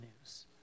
news